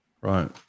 Right